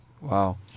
Wow